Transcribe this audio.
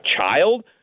child